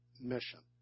mission